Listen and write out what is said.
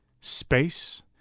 space